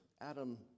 Adam